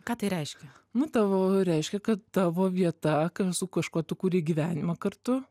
ką tai reiškia nu tavo reiškia kad tavo vieta su kažkuo tu kūrei gyvenimą kartu